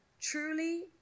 truly